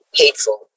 hateful